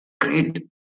great